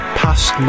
past